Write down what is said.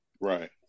Right